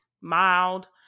mild